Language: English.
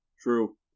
True